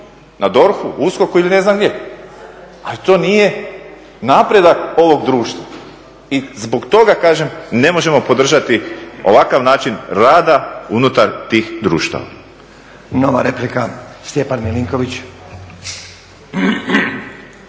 na DORH-u, USKOK-u ili ne znam gdje. Ali to nije napredak ovog društva. I zbog toga kažem ne možemo podržati ovakav način rada unutar tih društava. **Stazić, Nenad (SDP)** Nova replika Stjepan Milinković.